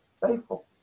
faithful